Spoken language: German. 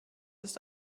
ist